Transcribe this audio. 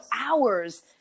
hours